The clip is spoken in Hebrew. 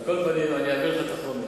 על כל פנים, אני אעביר לך את החומר.